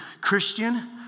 Christian